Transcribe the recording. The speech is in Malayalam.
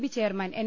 B chairman N